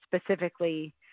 specifically